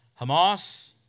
Hamas